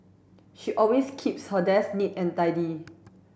she always keeps her desk neat and tidy